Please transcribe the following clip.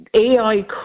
AI